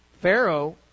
Pharaoh